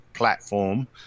Platform